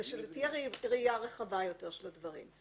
הוא לפי הראייה הרחבה יותר של הדברים.